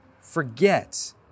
forget